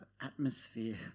atmosphere